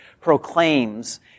proclaims